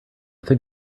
think